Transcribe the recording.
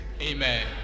Amen